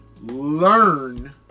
learn